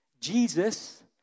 Jesus